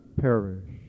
perish